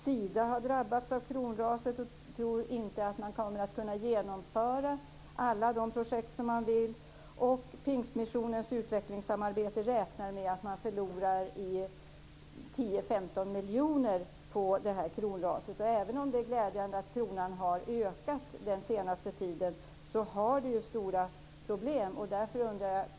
Sida har drabbats av kronraset och tror att man inte kommer att kunna genomföra alla de projekt man vill. Pingstmissionens Utvecklingssamarbete räknar med att förlora 10-15 miljoner kronor på kronraset. Även om det är glädjande att kronan har ökat i värde den senaste tiden finns det stora problem.